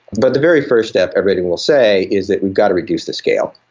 but the very first step everybody will say is that we've got to reduce the scale.